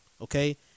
Okay